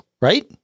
right